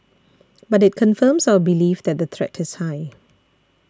but it confirms our belief that the threat is high